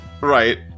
Right